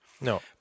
No